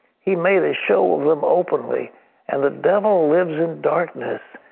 he made a show of them openly and the devil lives in darkness,